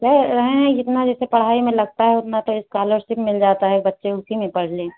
तो यह है जितना जैसे पढ़ाई में लगता है उतना तो स्कालर्शिप मिल जाता है बच्चे उसी में पढ़ लें